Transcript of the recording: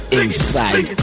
inside